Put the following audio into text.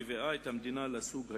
מביאה את המדינה לסוג השני.